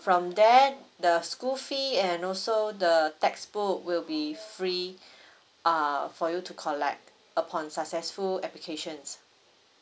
from there the school fee and also the textbook will be free err for you to collect upon successful application